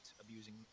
abusing